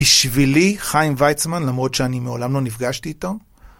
בשבילי חיים וייצמן, למרות שאני מעולם לא נפגשתי איתו.